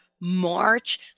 March